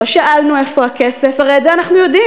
לא שאלנו איפה הכסף, הרי את זה אנחנו יודעים.